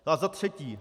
A za třetí.